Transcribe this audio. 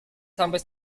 sampai